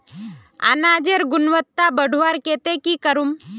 अनाजेर गुणवत्ता बढ़वार केते की करूम?